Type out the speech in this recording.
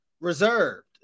reserved